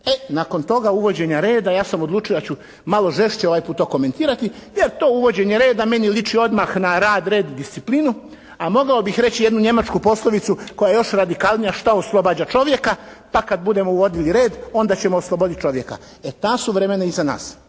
E nakon toga uvođenja reda ja sam odlučio da ću malo žešće ovaj put to komentirati jer to uvođenje reda meni liči odmah na rad, red, disciplinu, mogao bih reći jednu njemačku poslovicu koja je još radikalnija šta oslobađa čovjeka pa kad budemo uvodili red onda ćemo osloboditi čovjeka. E ta su vremena iza nas.